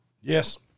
Yes